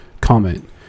comment